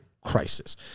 crisis